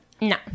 no